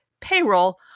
payroll